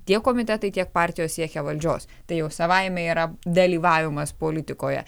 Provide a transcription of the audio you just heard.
tiek komitetai tiek partijos siekia valdžios tai jau savaime yra dalyvavimas politikoje